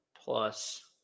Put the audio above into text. plus